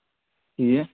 ٹھیٖک